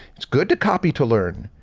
it's good to copy to learn.